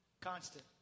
Constant